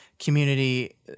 community